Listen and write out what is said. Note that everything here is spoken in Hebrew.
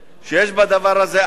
שיש בדבר הזה, א.